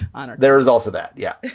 and there is also that. yeah.